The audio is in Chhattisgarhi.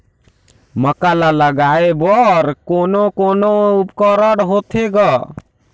मक्का ला लगाय बर कोने कोने उपकरण होथे ग?